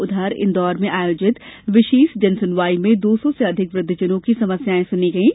उधर इंदौर में आयोजित विशेष जनसुनवाई में दो सौ से अधिक वृद्दजनों की समस्यायें सुनी गईं